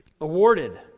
awarded